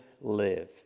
live